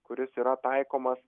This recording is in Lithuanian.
kuris yra taikomas